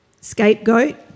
scapegoat